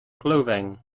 clothing